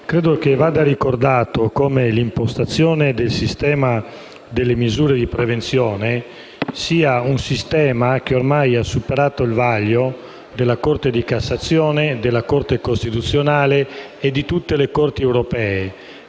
credo che vada ricordato come l'impostazione del sistema delle misure di prevenzione abbia ormai superato il vaglio della Corte di cassazione, della Corte costituzionale e di tutte le corti europee,